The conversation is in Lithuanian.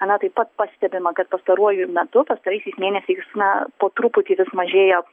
na taip pat pastebima kad pastaruoju metu pastaraisiais mėnesiais na po truputį vis mažėja